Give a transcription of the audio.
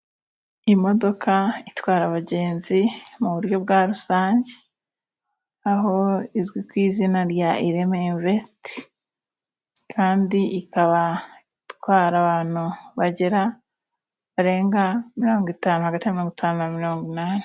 Imodoka itwara abagenzi mu buryo bwa rusange, aho izwi ku izina rya ireme emvesiti. Kandi ikaba itwara abantu bagera, barenga mirongo itanu, hagati ya mirongo itanu na mirongo inani.